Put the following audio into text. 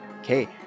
okay